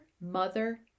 mother